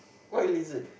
what is it